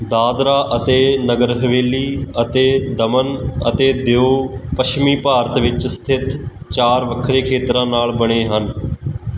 ਦਾਦਰਾ ਅਤੇ ਨਗਰ ਹਵੇਲੀ ਅਤੇ ਦਮਨ ਅਤੇ ਦਿਊ ਪੱਛਮੀ ਭਾਰਤ ਵਿੱਚ ਸਥਿਤ ਚਾਰ ਵੱਖਰੇ ਖੇਤਰਾਂ ਨਾਲ ਬਣੇ ਹਨ